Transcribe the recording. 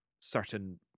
certain